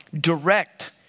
direct